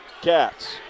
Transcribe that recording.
Cats